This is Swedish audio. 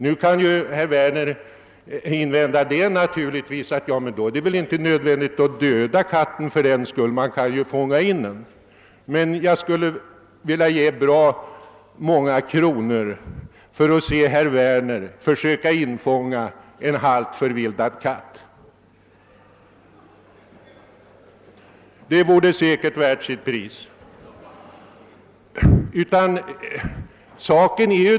Herr Werner kan naturligtvis invända att det fördenskull inte är nödvändigt att döda katten. Man kan ju fånga in den. Men jag skulle vilja ge bra många kronor för att få se herr Werner försöka infånga en halvt förvildad katt. Det vore säkert värt sitt pris.